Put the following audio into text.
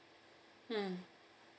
mm